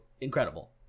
Incredible